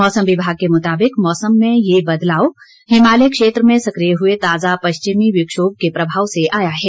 मौसम विभाग के मुताबिक मौसम में ये बदलाव हिमालय क्षेत्र में सकिय हुए ताजा पश्चिमी विक्षोभ के प्रभाव से आया है